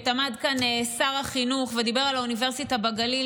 עמד כאן שר החינוך ודיבר על האוניברסיטה בגליל,